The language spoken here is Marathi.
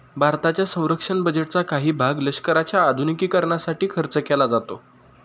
भारताच्या संरक्षण बजेटचा काही भाग लष्कराच्या आधुनिकीकरणासाठी खर्च केला जातो